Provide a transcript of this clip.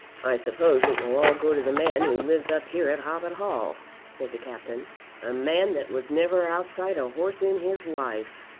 i suppose it will all go to the man who lives up here at hoppet hall, said the captain a man that was never outside a horse in his life!